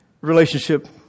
relationship